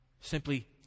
simply